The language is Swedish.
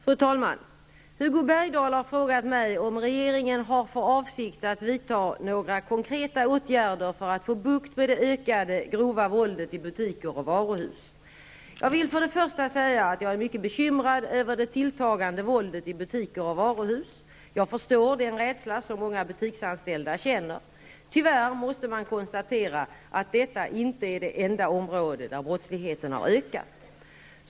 Fru talman! Hugo Bergdahl har frågat mig om regeringen har för avsikt att vidta några konkreta åtgärder för att få bukt med det ökade grova våldet i butiker och varuhus. Jag vill för det första säga att jag är mycket bekymrad över det tilltagande våldet i butiker och varuhus. Jag förstår den rädsla som många butiksanställda känner. Tyvärr måste man konstatera att detta inte är det enda område där brottsligheten har ökat.